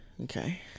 okay